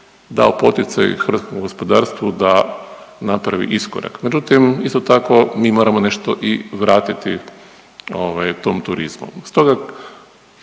dao poticaj hrvatskom gospodarstvu da napravi iskorak. Međutim, isto tako mi moramo nešto i vratiti tom turizmu. Stoga